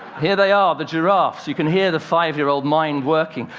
here they are, the giraffes. you can hear the five-year-old mind working.